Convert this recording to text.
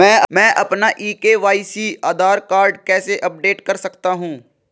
मैं अपना e KYC Aadhaar card कैसे अपडेट कर सकता हूँ?